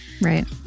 Right